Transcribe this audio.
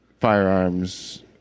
Firearms